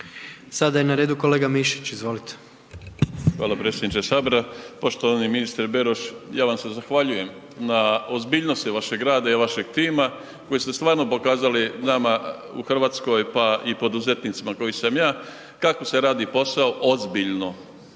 Sada je na redu kolega Mišić. Izvolite. **Mišić, Ivica (Nezavisni)** Hvala predsjedniče Sabora. Poštovani ministre Beroš. Ja vam se zahvaljujem na ozbiljnosti vaše grada i vašem tima koji ste stvarno pokazali nama u Hrvatskoj pa i poduzetnicima koji sam ja, kako se radi posao ozbiljno.